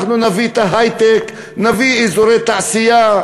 אנחנו נביא את ההיי-טק, נביא אזורי תעשייה.